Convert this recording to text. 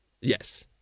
Yes